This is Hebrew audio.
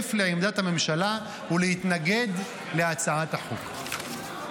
להצטרף לעמדת הממשלה ולהתנגד להצעת החוק.